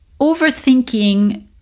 Overthinking